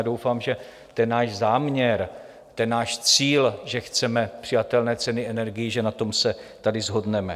Doufám, že náš záměr, náš cíl, že chceme přijatelné ceny energií, že na tom se tady shodneme.